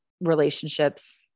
relationships